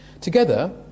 Together